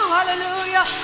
Hallelujah